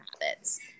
habits